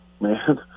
man